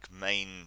main